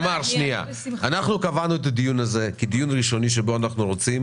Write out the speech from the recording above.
אנחנו קבענו את הדיון הזה כדיון ראשוני שבו אנחנו רוצים